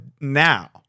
now